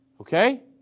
Okay